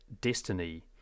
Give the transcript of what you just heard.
Destiny